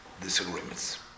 disagreements